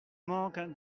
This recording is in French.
manque